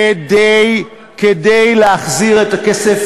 כדי להחזיר את הכסף